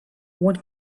one